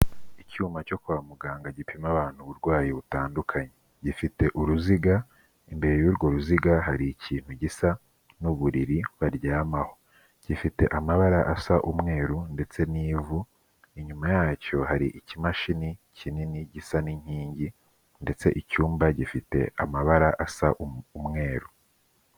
Icyuma cyo kwa muganga gipima abantu uburwayi butandukanye, gifite uruziga imbere y'urwo ruziga hari ikintu gisa n'uburiri baryamaho, gifite amabara asa umweru ndetse n'ivu, inyuma yacyo hari ikimashini kinini gisa n'inkingi ndetse icyumba gifite amabara asa umweru.